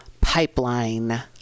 pipeline